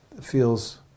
feels